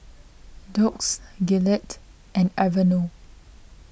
Doux Gillette and Aveeno